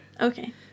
Okay